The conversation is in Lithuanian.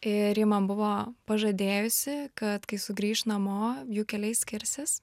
ir ji man buvo pažadėjusi kad kai sugrįš namo jų keliai skirsis